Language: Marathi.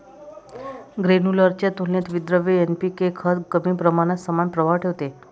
ग्रेन्युलर च्या तुलनेत विद्रव्य एन.पी.के खत कमी प्रमाणात समान प्रभाव ठेवते